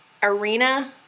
Arena